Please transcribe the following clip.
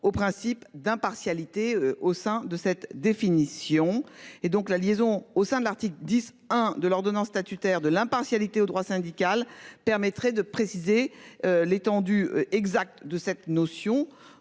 aux principes d'impartialité au sein de cette définition. Et donc la liaison au sein de l'article 11 de l'ordonnance statutaire de l'impartialité au droit syndical permettrait de préciser. L'étendue exacte de cette notion